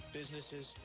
businesses